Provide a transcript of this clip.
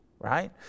right